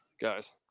guys